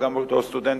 וגם בתור סטודנט,